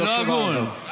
זה לא הגון.